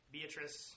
Beatrice